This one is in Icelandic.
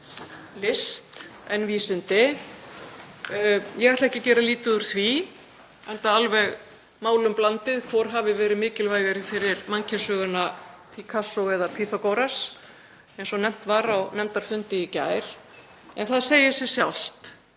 list en vísindi. Ég ætla ekki að gera lítið úr því enda málum blandið hvor hafi verið mikilvægari fyrir mannkynssöguna Picasso eða Pýþagóras, eins og nefnt var á nefndarfundi í gær, en það segir sig sjálft